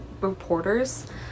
reporters